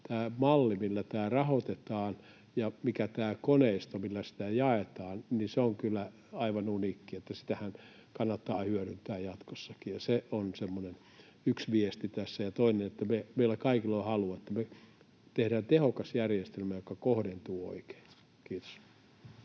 tämä malli, millä tämä rahoitetaan, ja tämä koneisto, millä sitä jaetaan, on kyllä aivan uniikki, eli sitähän kannattaa hyödyntää jatkossakin. Se on semmoinen yksi viesti tässä. Ja toinen, että meillä kaikilla on halu, että me tehdään tehokas järjestelmä, joka kohdentuu oikein. — Kiitos.